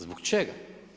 Zbog čega?